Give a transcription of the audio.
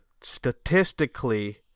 statistically